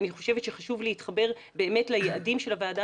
אני חושבת שחשוב להתחבר ליעדים של הוועדה